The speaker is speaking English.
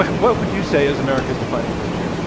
what would you say is america's defining virtue?